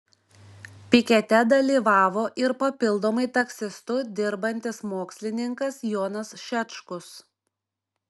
pikete dalyvavo ir papildomai taksistu dirbantis mokslininkas jonas šečkus